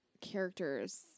characters